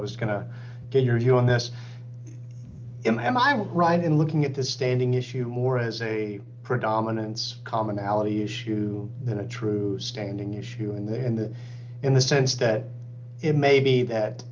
was going to get your view on this m m i was right in looking at the standing issue more as a predominance commonality issue than a true standing issue in the in the in the sense that it may be